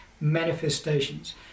manifestations